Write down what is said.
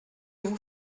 vous